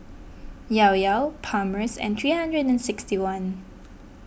Llao Llao Palmer's and three hundred and sixty one